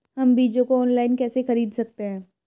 हम बीजों को ऑनलाइन कैसे खरीद सकते हैं?